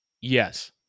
Yes